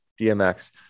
DMX